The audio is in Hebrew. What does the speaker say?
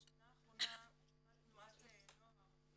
בשנה האחרונה הוקמה תנועת נוער,